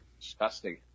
Disgusting